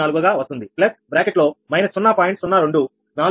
0244 గా వస్తుంది ప్లస్ బ్రాకెట్లో −0